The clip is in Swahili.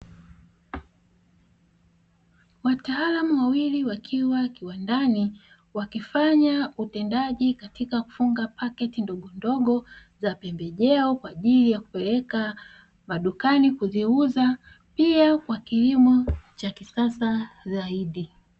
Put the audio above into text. Wataalamu wa wili wakiwa kiwandani, wakifanya utendaji katika kufunga paketi ndogondogo za pembejeo, kwa ajili ya kupeleka madukani kuziuza pia kwa kilimo cha kisasa zaidi.